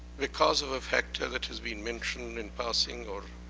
because of a factor that has been mentioned in passing or